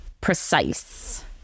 precise